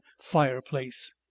fireplace